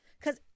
Cause